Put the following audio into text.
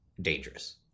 dangerous